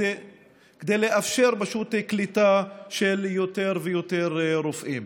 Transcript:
כדי לאפשר קליטה של יותר ויותר רופאים.